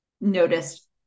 noticed